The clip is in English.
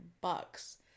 bucks